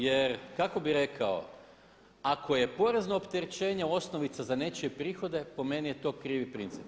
Jer kako bih rekao ako je porezno opterećenje osnovica za nečije prihode po meni je to krivi princip.